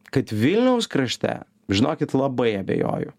kad vilniaus krašte žinokit labai abejoju